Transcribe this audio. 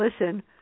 listen